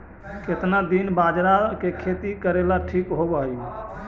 केतना दिन बाजरा के खेती करेला ठिक होवहइ?